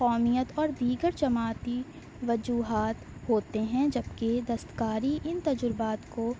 قومیت اور دیگر جماعتی وجوہات ہوتے ہیں جب کہ دستکاری ان تجربات کو